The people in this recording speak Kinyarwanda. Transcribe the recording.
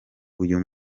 uyu